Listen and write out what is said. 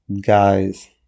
guys